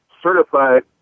certified